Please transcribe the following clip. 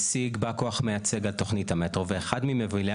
משיג, ב"כ מייצג תוכנית המטרו ואחד ממובילי